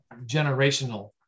generational